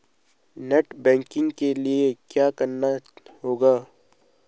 Net banking के लिए क्या करना होगा?